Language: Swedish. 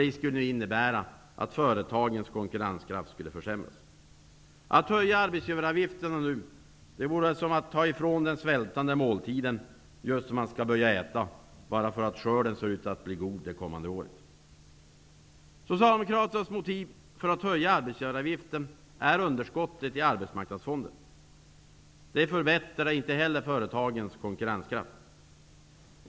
Det skulle innebära att företagens konkurrenskraft skulle försämras. Att höja arbetsgivaravgifterna nu vore som att ta ifrån den svältande måltiden just som han skall börja äta, bara för att skörden ser ut att bli god det kommande året. Socialdemokraternas motiv för att höja arbetsgivaravgiften är underskottet i Arbetsmarknadsfonden. Det förbättrar inte heller företagens konkurrenskraft.